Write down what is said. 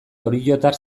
oriotar